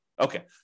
Okay